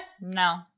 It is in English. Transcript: No